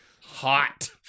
Hot